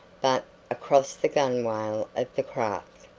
but across the gunwale of the craft.